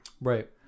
Right